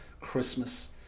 Christmas